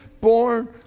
born